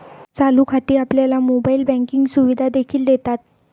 चालू खाती आपल्याला मोबाइल बँकिंग सुविधा देखील देतात